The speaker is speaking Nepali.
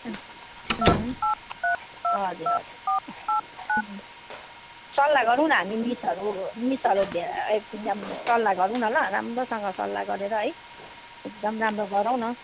हजुर हजुर सल्लाह गरौँ न हामी मिसहरू मिसहरू धे एक दुइजना सल्लाह गरौँ न ल राम्रोसँग सल्लाह गरेर है एकदम राम्रो गरौँ न